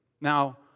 Now